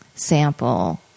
Sample